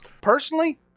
personally